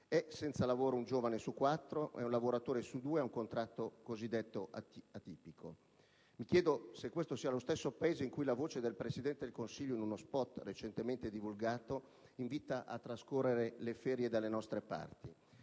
È senza lavoro un giovane su quattro ed un lavoratore su due ha un contratto cosiddetto atipico. Mi chiedo se questo sia lo stesso Paese in cui la voce del Presidente del Consiglio in una *spot* recentemente divulgato invita a trascorre le vacanze. Credo ci